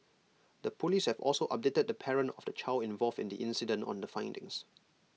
the Police have also updated the parent of the child involved in the incident on the findings